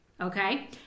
Okay